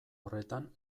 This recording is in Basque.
horretan